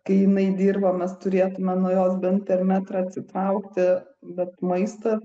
kai jinai dirba mes turėtume nuo jos bent per metrą atsitraukti bet maistą